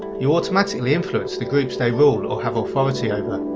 you automatically influence the groups they rule or have authority over.